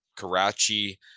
Karachi